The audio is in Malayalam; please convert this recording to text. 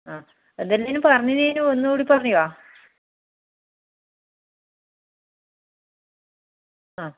ആ എന്തെല്ലാമാണ് പറഞ്ഞതെന്ന് ഒന്നുംകൂടി പറയുമോ ആ